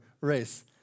race